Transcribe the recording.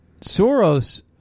Soros